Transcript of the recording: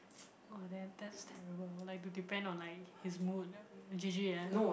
oh then that's terrible like to depend on like his mood G_G ah